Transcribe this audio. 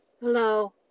Hello